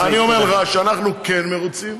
אז אני אומר לך שאנחנו כן מרוצים,